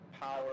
power